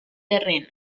terreno